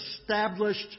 established